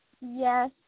yes